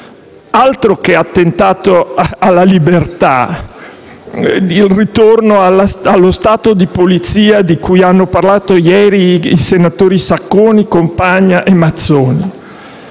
Altro che attentato alla libertà e ritorno allo Stato di polizia di cui hanno parlato ieri i senatori Sacconi, Compagna e Mazzoni!